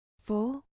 four